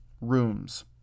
rooms